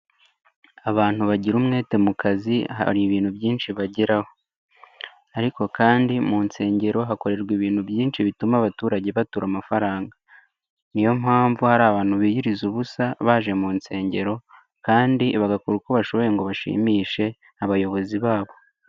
Abantu bagira umwete mu kazi hari ibintu byinshi bageraho. Ariko kandi mu nsengero hakorerwa ibintu byinshi bituma abaturage batura amafaranga. Niyo mpamvu hari abantu biyiriza ubusa baje mu nsengero kandi bagakora uko bashoboye ngo bashimishe abayobozi babo.